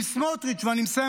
אם סמוטריץ' אני מסיים,